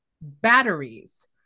batteries